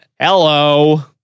Hello